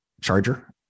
charger